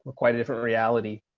quite a different reality,